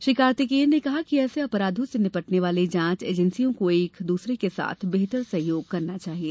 श्री कार्तिकेयन ने कहा कि ऐसे अपराधों से निपटने वाली जांच एजेंसियां को एक दूसरे के साथ बेहतर सहयोग करना चाहिए